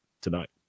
tonight